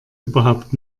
überhaupt